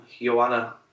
Joanna